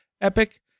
epic